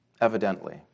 evidently